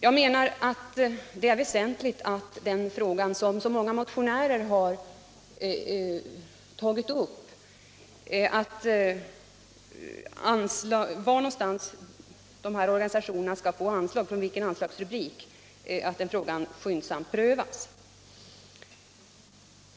Jag menar att det är väsentligt att den fråga som så många motionärer har tagit upp, från vilken anslagsrubrik som dessa organisationer skall få anslag, skyndsamt prövas.